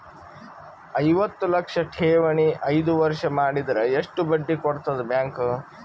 ಐವತ್ತು ಲಕ್ಷ ಠೇವಣಿ ಐದು ವರ್ಷ ಮಾಡಿದರ ಎಷ್ಟ ಬಡ್ಡಿ ಕೊಡತದ ಬ್ಯಾಂಕ್?